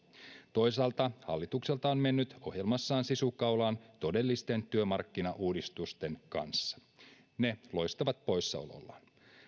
toisaalta hallitukselta on mennyt ohjelmassaan sisu kaulaan todellisten työmarkkinauudistusten kanssa ne loistavat poissaolollaan